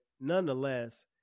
nonetheless